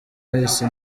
hahise